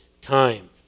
time